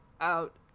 out